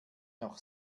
noch